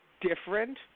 different